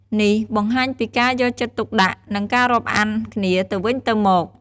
នេះបង្ហាញពីការយកចិត្តទុកដាក់ និងការរាប់អានគ្នាទៅវិញទៅមក។